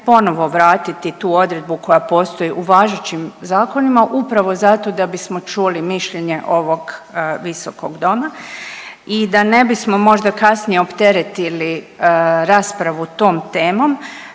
ponovo vratiti tu odredbu koja postoji u važećim zakonima upravo zato da bismo čuli mišljenje ovog visokog doma i da ne bismo možda kasnije opteretili raspravu tom temom.